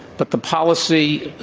but the policy,